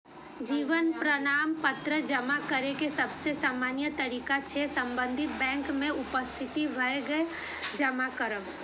जीवन प्रमाण पत्र जमा करै के सबसे सामान्य तरीका छै संबंधित बैंक में उपस्थित भए के जमा करब